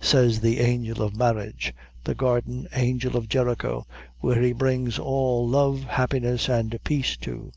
says the angel of marriage the garden angel of jericho where he brings all love, happiness and peace to